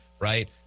Right